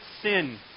sin